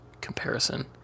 comparison